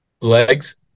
Legs